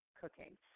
cooking